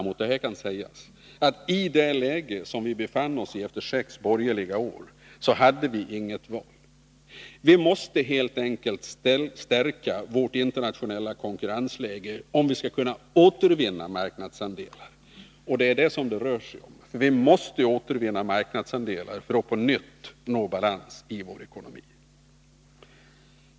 Mot detta kan sägas att i det läge som vi befann oss i efter sex borgerliga år hade vi inget annat val: vi måste helt enkelt stärka vårt internationella konkurrensläge om vi skulle kunna återvinna marknadsandelar — och det är det som det rör sig om. Vi måste återvinna marknadsandelar för att på nytt nå balans i vår ekonomi.